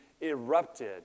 erupted